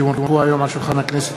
כי הונחו היום על שולחן הכנסת,